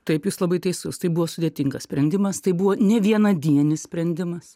taip jūs labai teisus tai buvo sudėtingas sprendimas tai buvo ne vienadienis sprendimas